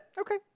Okay